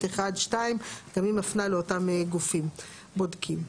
42(ב1)(2)"; גם היא מפנה לאותם גופים בודקים.